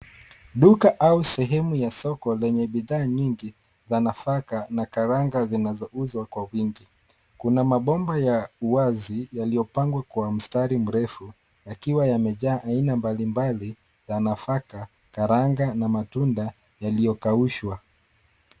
Duka au sehemu ya soko lenye bidhaa nyingi za nafaka na karanga zinazouzwa kwa wingi. Kuna mabomba ya uwazi yaliyopangwa kwa mstari mrefu yakiwa yamejaa aina mbalimbali za nafaka, karanga na matunda yaliyokaushwa.